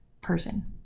person